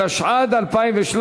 התשע"ד 2013,